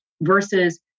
versus